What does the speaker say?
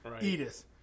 Edith